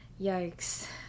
Yikes